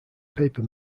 paper